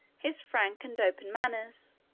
his frank and open manners,